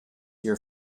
your